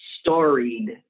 storied